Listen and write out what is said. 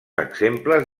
exemples